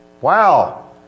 Wow